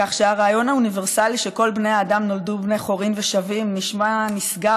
כך שהרעיון האוניברסלי שכל בני האדם נולדו בני חורין ושווים נשמע נשגב